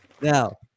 Now